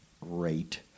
rate